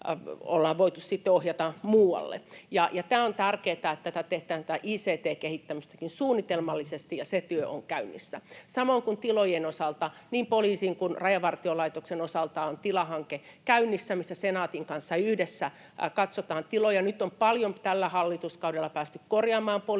ollaan voitu sitten ohjata muualle. Tämä on tärkeätä, että tehdään tätä ict-kehittämistäkin suunnitelmallisesti ja se työ on käynnissä. Samoin kuin tilojen osalta, niin poliisin kuin Rajavartiolaitoksen osalta on tilahanke käynnissä, missä Senaatin kanssa yhdessä katsotaan tiloja. Nyt on paljon tällä hallituskaudella päästy korjaamaan poliisin